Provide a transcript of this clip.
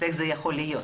איך זה יכול להיות?